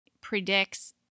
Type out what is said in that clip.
predicts